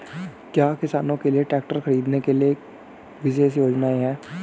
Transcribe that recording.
क्या किसानों के लिए ट्रैक्टर खरीदने के लिए विशेष योजनाएं हैं?